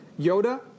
Yoda